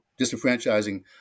disenfranchising